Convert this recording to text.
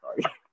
sorry